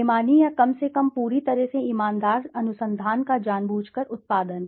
बेईमान या कम से पूरी तरह से ईमानदार अनुसंधान का जानबूझकर उत्पादन